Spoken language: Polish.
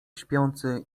śpiący